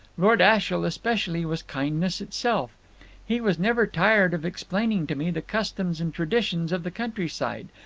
lord ashiel, especially, was kindness itself he was never tired of explaining to me the customs and traditions of the countryside,